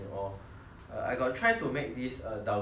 I got try to make this uh dalgona coffee